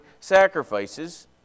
sacrifices